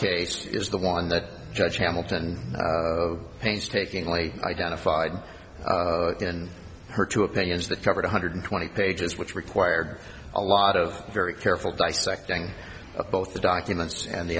case is the one that judge hamilton painstakingly identified in her two opinions that covered one hundred twenty pages which required a lot of very careful dissecting both the documents and the